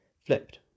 Flipped